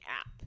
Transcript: app